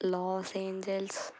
Los Angeles